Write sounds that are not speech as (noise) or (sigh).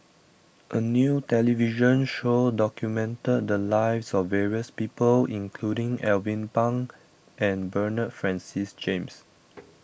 a new television show documented the lives of various people including Alvin Pang and Bernard Francis James (noise)